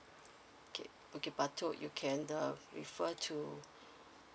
okay okay you can uh refer to